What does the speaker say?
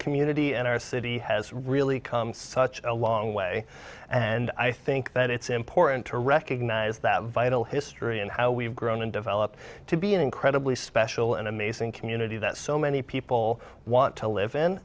community and our city has really come such a long way and i think that it's important to recognize that vital history and how we've grown and developed to be an incredibly special and amazing community that so many people want to live in